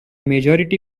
majority